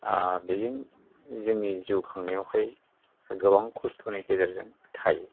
बेजों जोंनि जिउ खांनायावहाय गोबां खस्थ'नि गेजेरजों थायो